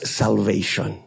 salvation